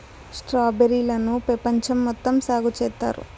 strawberry లను పెపంచం మొత్తం సాగు చేత్తారు